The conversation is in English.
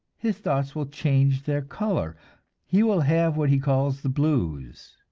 his thoughts will change their color he will have what he calls the blues.